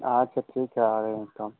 अच्छा ठीक है आ रहे हैं त हम